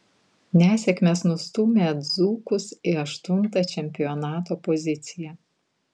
nesėkmės nustūmė dzūkus į aštuntą čempionato poziciją